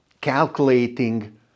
calculating